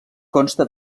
consta